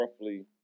roughly